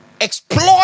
Exploit